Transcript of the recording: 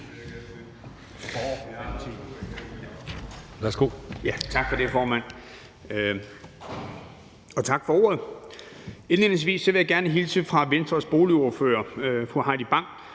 Tak for det, formand. Og tak for ordet. Indledningsvis vil jeg gerne hilse fra Venstres boligordfører, fru Heidi Bank,